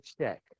check